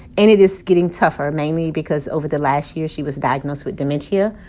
and it is getting tougher, mainly because over the last year, she was diagnosed with dementia.